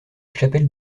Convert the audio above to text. chapelle